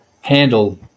handle